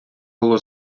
було